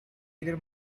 either